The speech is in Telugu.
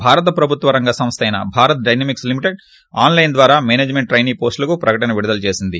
భారత ప్రభుత్వ రంగ సంస్లెన Bharat dynamics limited online ద్వారా మేసేజ్మెంట్ టైనీ పోస్టులకు ప్రకటన విడుద్ల చేసింది